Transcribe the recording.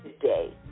today